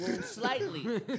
slightly